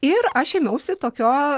ir aš ėmiausi tokio